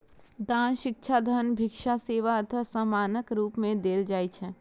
दान शिक्षा, धन, भिक्षा, सेवा अथवा सामानक रूप मे देल जाइ छै